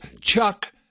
Chuck